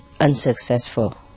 unsuccessful